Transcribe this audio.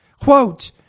Quote